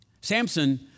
Samson